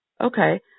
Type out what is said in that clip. Okay